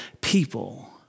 people